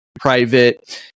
private